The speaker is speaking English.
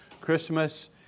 Christmas